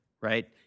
right